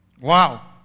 Wow